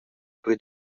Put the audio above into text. per